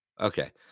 Okay